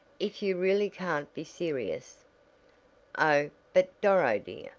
if you really can't be serious oh, but, doro dear,